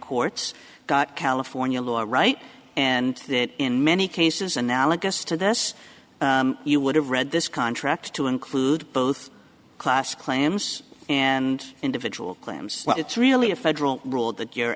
courts got california law right and that in many cases analogous to this you would have read this contract to include both class claims and individual claims but it's really a federal rule that you're